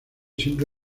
siempre